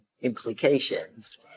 implications